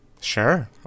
Sure